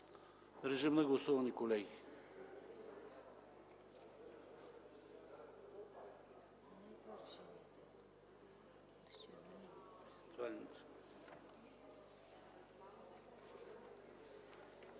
Режим на гласуване, колеги.